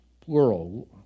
plural